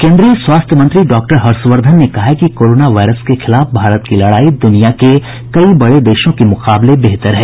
केन्द्रीय स्वास्थ्य मंत्री डॉक्टर हर्षवर्धन ने कहा है कि कोरोना वायरस के खिलाफ भारत की लडाई दुनिया के कई बड़े देशों के मुकाबले बेहतर है